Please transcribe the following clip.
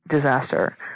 disaster